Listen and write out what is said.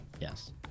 yes